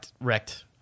wrecked